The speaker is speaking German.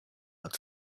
als